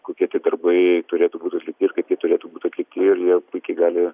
kokie tie darbai turėtų būt alikti ir kaip jie turėtų būt atlikti ir jie puikiai gali